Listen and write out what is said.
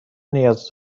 نیاز